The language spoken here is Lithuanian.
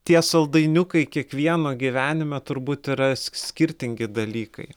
tie saldainiukai kiekvieno gyvenime turbūt yra skirtingi dalykai